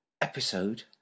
episode